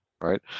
right